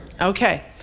Okay